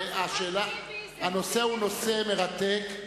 הנושא הוא נושא מרתק,